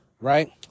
right